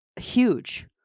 huge